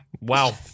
Wow